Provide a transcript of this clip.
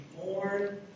born